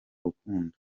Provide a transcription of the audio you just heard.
rukundo